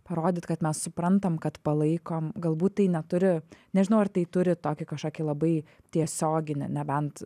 parodyt kad mes suprantam kad palaikom galbūt tai neturi nežinau ar tai turi tokį kažkokį labai tiesioginį nebent